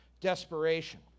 desperation